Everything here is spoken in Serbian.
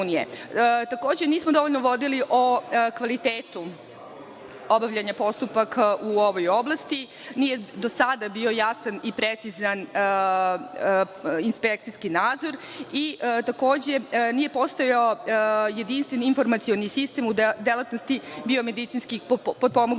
EU.Takođe, nismo dovoljno vodili računa o kvalitetu obavljanja postupaka u ovoj oblasti. Nije do sada bio jasan i precizan inspekcijski nadzor i takođe nije postojao jedinstven informacioni sistem u delatnosti biomedicinski potpomognute